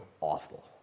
awful